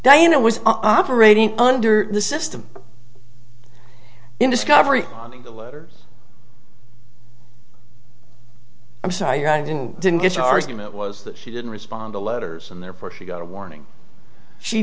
diana was operating under the system in discovery and the letters i'm sorry i didn't didn't get your argument was that she didn't respond to letters and therefore she got a warning she